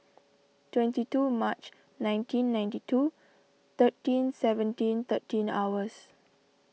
twenty two March nineteen ninety two thirteen seventeen thirteen hours